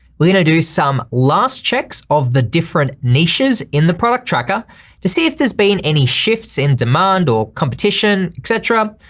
we're gonna do some last checks of the different niches in the product tracker to see if there's been any shifts in demand or competition, et cetera.